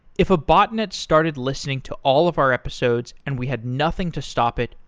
if a botnet started listening to all of our episodes and we had nothing to stop it,